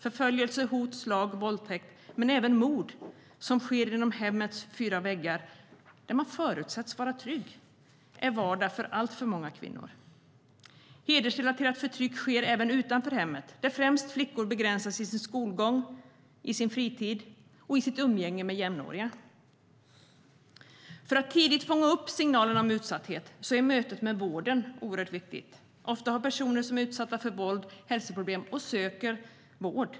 Förföljelse, hot, slag, våldtäkt och även mord som sker inom hemmets fyra väggar, där man förutsätts vara trygg, är vardag för alltför många kvinnor. För att tidigt fånga upp signalerna om utsatthet är mötet med vården viktigt. Ofta har personer som är utsatta för våld hälsoproblem och söker vård.